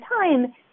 time